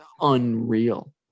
unreal